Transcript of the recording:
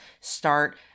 start